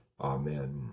Amen